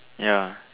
ya